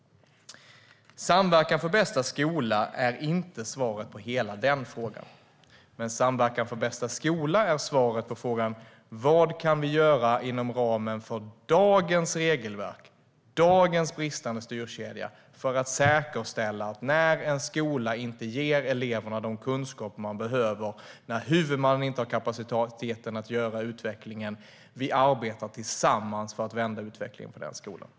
Samverkan för bästa skola är inte svaret på hela den frågan. Men Samverkan för bästa skola är svaret på frågan vad som kan göras inom ramen för dagens regelverk, dagens bristande styrkedja, för att säkerställa att vi när en skola inte ger eleverna de kunskaper de behöver och när huvudmannen inte har kapacitet att styra utvecklingen arbetar tillsammans för att vända utvecklingen på skolan.